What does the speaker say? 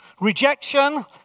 rejection